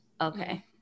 Okay